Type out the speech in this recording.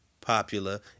popular